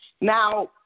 Now